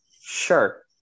sure